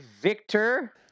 victor